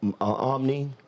Omni